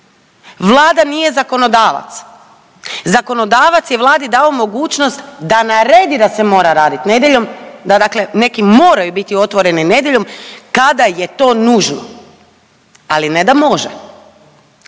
Vlada nije zakonodavac. Zakonodavac je Vladi dao mogućnost da naredi da se mora radit nedjeljom, da dakle neki moraju biti otvoreni nedjeljom kada je to nužno ali ne da može.